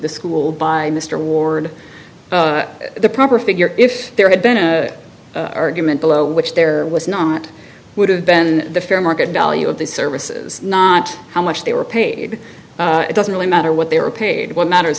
the school by mr ward the proper figure if there had been an argument below which there was not would have been the fair market value of the services not how much they were paid it doesn't really matter what they were paid what matters